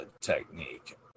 technique